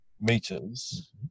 meters